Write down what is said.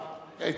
זה תמיד כך?